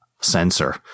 sensor